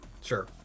Sure